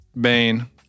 Bane